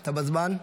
אתה בזמן?